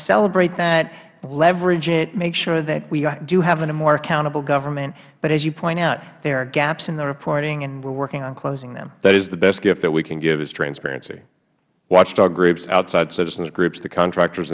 celebrate that leverage it make sure that we do have a more accountable government but as you point out there are gaps in the reporting and we are working on closing them mister lankford that is the best gift that we can give is transparency watchdog groups outside citizen groups the contractors